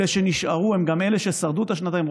אלה שנשארו הם גם אלה ששרדו את השנתיים,